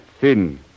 thin